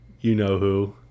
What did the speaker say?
you-know-who